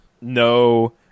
No